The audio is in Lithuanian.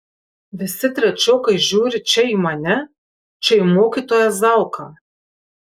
visi trečiokai žiūri čia į mane čia į mokytoją zauką